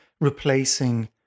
replacing